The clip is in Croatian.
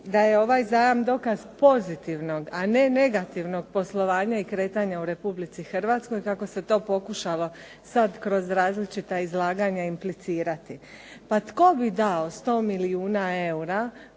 da je ovaj zajam dokaz pozitivnog, a ne negativnog poslovanja i kretanja u Republici Hrvatskoj, kako se to pokušalo sada kroz različito implicirati. Pa tko bi dao 100 milijuna eura